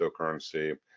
cryptocurrency